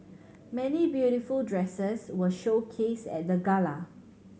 many beautiful dresses were showcased at the gala